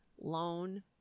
Loan